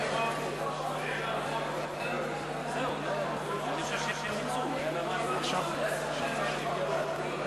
הצבענו על הסתייגות מס' 8 לסעיף 3 של קבוצת האופוזיציה.